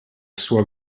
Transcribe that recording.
sua